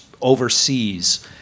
overseas